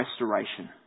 restoration